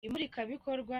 imurikabikorwa